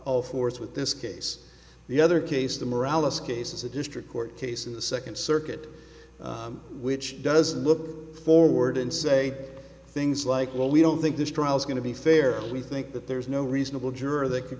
fours with this case the other case the morale us case as a district court case in the second circuit which doesn't look forward and say things like well we don't think this trial is going to be fair and we think that there's no reasonable juror that could